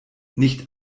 nicht